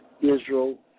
Israel